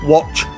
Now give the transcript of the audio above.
Watch